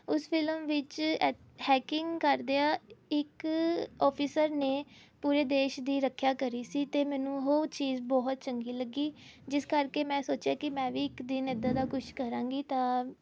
ਉਸ ਫਿਲਮ ਵਿੱਚ ਐਥ ਹੈਕਿੰਗ ਕਰਦਿਆ ਇੱਕ ਔਫੀਸਰ ਨੇ ਪੂਰੇ ਦੇਸ਼ ਦੀ ਰੱਖਿਆ ਕਰੀ ਸੀ ਅਤੇ ਮੈਨੂੰ ਉਹ ਚੀਜ਼ ਬਹੁਤ ਚੰਗੀ ਲੱਗੀ ਜਿਸ ਕਰਕੇ ਮੈਂ ਸੋਚਿਆ ਕਿ ਮੈਂ ਵੀ ਇੱਕ ਦਿਨ ਇੱਦਾਂ ਦਾ ਕੁਝ ਕਰਾਂਗੀ ਤਾਂ